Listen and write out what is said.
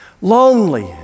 lonely